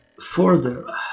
further